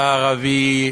על הערבי,